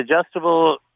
adjustable